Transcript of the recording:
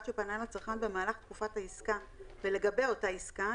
שפנה לצרכן במהלך תקופת העסקה ולגבי אותה עסקה,